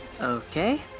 Okay